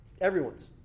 Everyone's